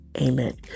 Amen